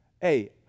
Hey